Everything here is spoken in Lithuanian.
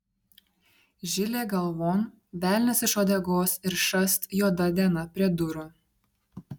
žilė galvon velnias iš uodegos ir šast juoda diena prie durų